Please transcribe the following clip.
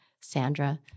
Sandra